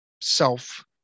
self